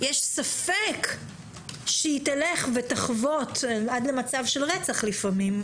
יש ספק שהיא תחבוט עד למצב של רצח לפעמים,